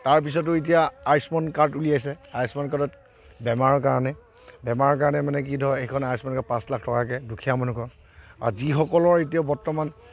তাৰ পিছতো এতিয়া আয়ুষ্মান কাৰ্ড উলিয়াইছে আয়ুষ্মান কাৰ্ডত বেমাৰৰ কাৰণে বেমাৰৰ কাৰণে মানে কি ধৰক এইখন আয়ুষ্মান কাৰ্ডত পাঁচ লাখ টকাকে দুখীয়া মানুহক যিসকলৰ এতিয়া বৰ্তমান